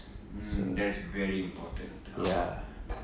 mm that's very important ஆமா:aamaa